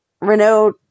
Renault